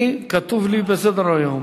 כתוב לי בסדר-היום,